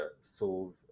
solve